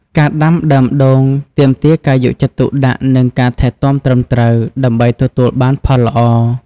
ការដាំដើមដូងទាមទារការយកចិត្តទុកដាក់ និងការថែទាំត្រឹមត្រូវ ដើម្បីទទួលបានផលល្អ។